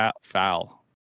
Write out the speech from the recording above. Foul